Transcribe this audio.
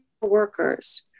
workers